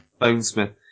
Bonesmith